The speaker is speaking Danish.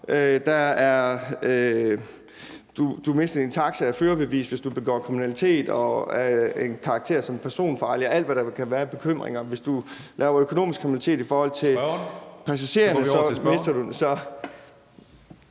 du mister din taxa og førerbeviset, hvis du begår kriminalitet af en karakter, som er personfarlig, og i forhold til alt det andet, der kan være af bekymringer. Hvis du laver økonomisk kriminalitet i forhold til passagererne, mister du ...